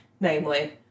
Namely